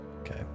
Okay